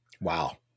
Wow